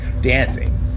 dancing